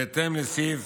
בהתאם לסעיף